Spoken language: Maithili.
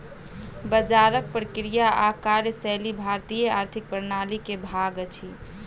बजारक प्रक्रिया आ कार्यशैली भारतीय आर्थिक प्रणाली के भाग अछि